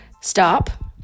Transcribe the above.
stop